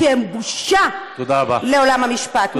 כי הם בושה לעולם המשפט.